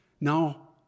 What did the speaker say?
now